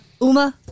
Uma